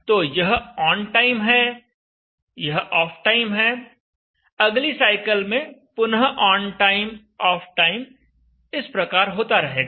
तो यह on time है यह ऑफ टाइम है अगली साइकिल में पुनः ऑन टाइम ऑफ टाइम इस प्रकार होता रहेगा